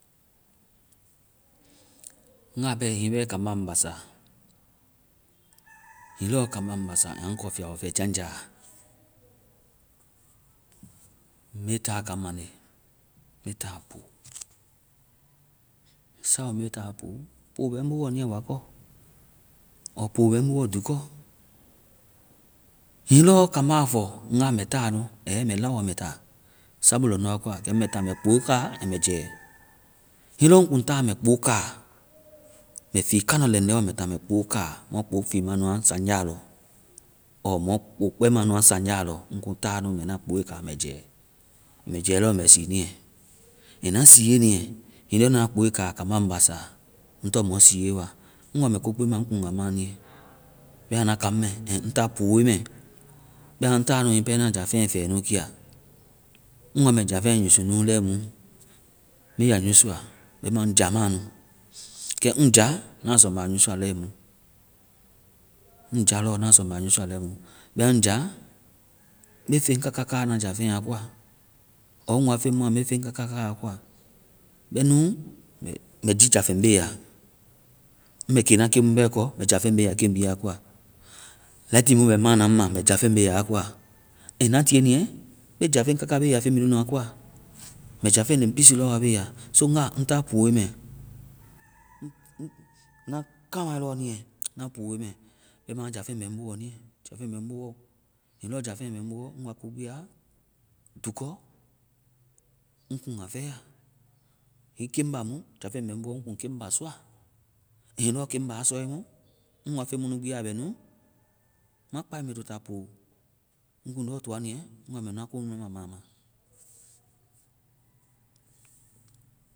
Nga pɛ, hiŋi pɛ kaamba a ŋ basa, hiŋi lɔ kaamba a ŋ basa. A ŋ kɔ fiabɔ fɛjaŋja, me ta kaŋ mande. Me taa. Sabu mu me ta poo, poo bɛ niiɛ wakɔ. or poo bɛ ŋ boɔ dukɔ. Hiŋi lɔ kambá a fɔ, nga, mɛ táa nu, ɛ mɛ laowa mɛ ta sabu lɔŋdɔ a koa. Kɛmu mɛ ta mɛ kpo ka mɛ jɛ. Hiŋi lɔ ŋ kuŋ ta mɛ kpo ka, mɛ fii kandɔlɛŋdɛ ɔɔ me ta mbɛ kpo ka mɔ kpo fiima nua saŋja lɔ ɔɔ kpo kpɛma nua saŋja lɔ. Ŋ kuŋ ta nu mbɛ na kpoe kaa mbɛ jɛɛ. Mbɛ jɛ lɔ mɛ sii niiɛ. Ɛŋ na siie niie, hiŋi lɔ na kpoe ka, kambá la ŋ basa, ŋ tɔŋ mɔ siie wa. Ŋ wa mɛ ko gbi ma, ŋ kuŋ a ma niiɛ. Bɛma na kaŋ mɛ, ɛŋ ta pooe mɛ. Bɛma ŋ ta nu, hiŋi pɛ na jáfeŋ fɛ nu kia, ŋ wa mbɛ jáfeŋ usua nu lɛimu, me a usua. Bɛma ŋ ja ma nu. Kɛ ŋ ja, na sɔ mɛ a usua lɛimu. ŋ ja lɔ, na sɔ mɛ a usua lɛimu. Bɛma ŋ ja, me feŋ kaka ka na jáfeŋ a koa. ɔɔ ŋ wa feŋ mua, me feŋ kaka ka a koa. Ŋ bɛ nu, mɛ ticha feŋ beya. Ŋ bɛ kiina ken mu bɛ kɔ, mɛ jáfeŋ beya keŋ bi a koa. Lɛti mu bɛ maana ŋ ma, mbɛ jáfeŋ beya keŋ bi a koa. Ɛŋ na tiie niiɛ, me jáfeŋ kaka beya feŋ bi nunu a koa. Mɛ jáfeŋ leŋpisi lɔ wa beya. ɔɔ nga, ŋ ta pooe mɛ. Na kamai lɔ niiɛ, ŋ pooe mɛ. Bɛma jáfeŋ bɛ ŋ boɔ niiɛ. Jáfeŋ bɛ ŋ boɔ. Hiŋi lɔ jáfeŋ bɛ ŋ bo, ŋ wa ko gbi a dukɔ, ŋ kuŋ a fɛya. Hiŋi keŋ ba mu, jáfeŋ bɛ nu, ŋ kuŋ keŋ ba sɔa. Hiŋi lɔ keŋ ba sɔe mu, ŋ wa feŋ mu nu gbi a, a bɛ nu, ma kpae mɛ to ta poo. Ŋ kuŋ lɔ toa niiɛ, ŋ wa mɛ na komu ma, mɛ a ma